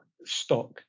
stock